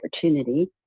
opportunity